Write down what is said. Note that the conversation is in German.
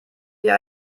wir